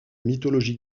mythologie